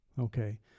Okay